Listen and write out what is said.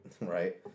Right